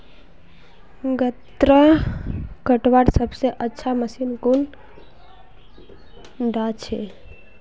गन्ना कटवार सबसे अच्छा मशीन कुन डा छे?